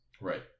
Right